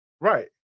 Right